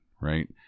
right